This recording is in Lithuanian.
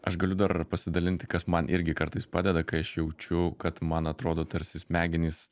aš galiu dar pasidalinti kas man irgi kartais padeda kai aš jaučiu kad man atrodo tarsi smegenys